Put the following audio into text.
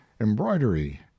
embroidery